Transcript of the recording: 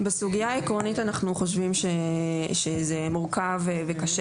בסוגיה העקרונית אנחנו חושבים שזה מורכב וקשה